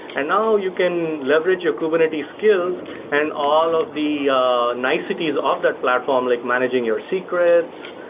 and now you can leverage your kubernetes skills and all of the niceties of that platform, like managing your secrets,